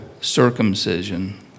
circumcision